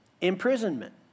imprisonment